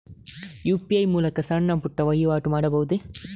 UPI ಮೂಲಕ ಸಣ್ಣ ಪುಟ್ಟ ವಹಿವಾಟು ಮಾಡಬಹುದೇ?